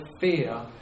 fear